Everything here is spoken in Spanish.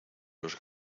los